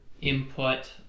input